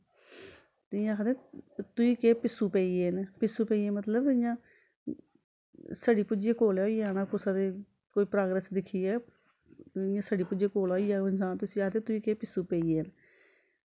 जि'यां आखदे न तुगी केह् पिस्सू पेईये न पिस्सू पेईये मतलव इ'यां सड़ी भुज्जियै कोले होई जाना कुसै दी कोई प्रागरैस दिक्खियै इ'यां सड़ी भुज्जियै कोला होई जा उस्सी आखदे तुगी केह् पिस्सू पेईये